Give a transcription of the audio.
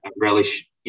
relish